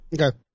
Okay